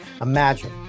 Imagine